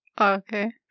Okay